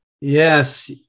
Yes